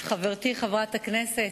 חברתי חברת הכנסת,